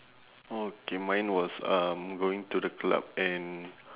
okay mine was um going to the club and